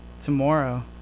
Tomorrow